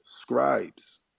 scribes